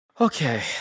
Okay